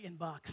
inbox